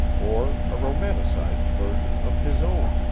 or a romanticized version of his own,